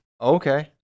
Okay